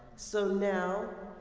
so, now,